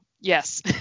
yes